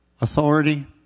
authority